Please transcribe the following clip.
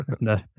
No